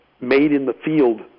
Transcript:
made-in-the-field